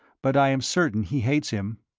but i am certain he hates him.